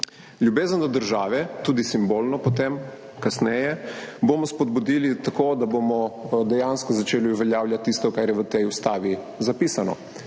Ljubezen do države, tudi simbolno potem, kasneje, bomo spodbudili tako, da bomo dejansko začeli uveljavljati tisto, kar je v tej ustavi zapisano.